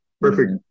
perfect